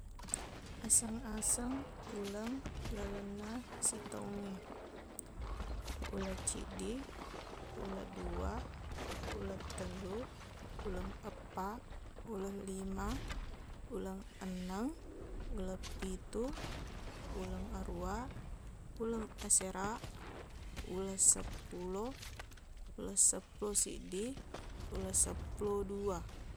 Aseng-aseng uleng lalenna sitaungnge ulecciddi uleddua ulettellu uleng eppaq ulellima uleng enneng uleppitu uleng aruwa uleng asera ulesseppulo ulesseppulo siddi ulesseppulo dua